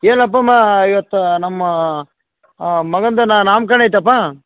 ಏನಪ್ಪಮ್ಮ ಇವತ್ತು ನಮ್ಮ ಮಗಂದು ನಾಮಕರಣ ಐತಪ್ಪ